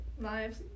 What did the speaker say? lives